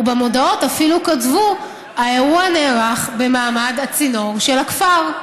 ובמודעות אפילו כתבו: האירוע נערך במעמד הצינור של הכפר.